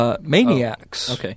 maniacs